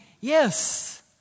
Yes